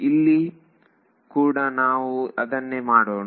ಇಲ್ಲಿ ಕೂಡ ನಾವು ಅದನ್ನೇ ಮಾಡೋಣ